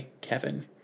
Kevin